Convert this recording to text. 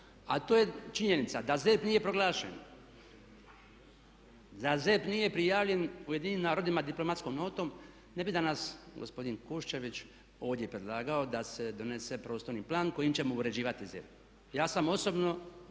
A to je činjenica da ZERP nije proglašen, da ZERP nije prijavljen UN diplomatskom notom ne bi danas gospodin Kuščević ovdje predlagao da se donese prostorni plan kojim ćemo uređivati ZERP. Ja sam osobno